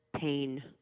pain